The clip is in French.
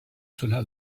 cela